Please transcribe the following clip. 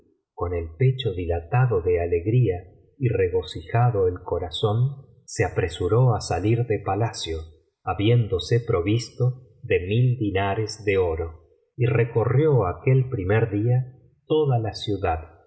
con el pecho dilatado de alegría y regocijado el corazón se apresuró á salir de palacio habiéndose provisto de mil dinares de oro y recorrió aquel primer día toda la ciudad